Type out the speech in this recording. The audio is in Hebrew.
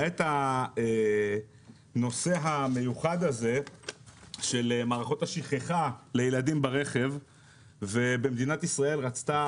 היה את הנושא המיוחד הזה של מערכות השכחה לילדים ברכב ובמדינת ישראל רצתה